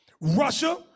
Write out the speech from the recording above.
Russia